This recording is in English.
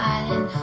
Island